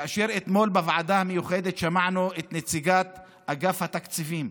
וכאשר אתמול בוועדה המיוחדת שמענו את נציגת אגף התקציבים,